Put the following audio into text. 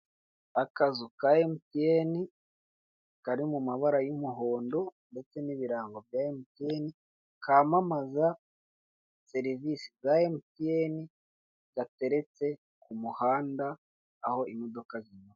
Akazu ka emutiyeni kari mu mabara y'umuhondo ndetse n'ibirango bya emutiyeni, kamamaza serivise za emutiyeni, gateretse ku muhanda aho imodoka zinyura.